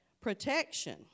Protection